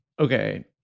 okay